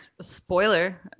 Spoiler